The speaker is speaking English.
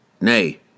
Nay